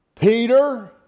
Peter